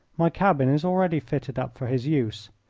my cabin is already fitted up for his use.